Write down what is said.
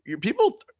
people